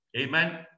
Amen